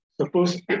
Suppose